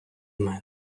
мене